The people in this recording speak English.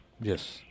Yes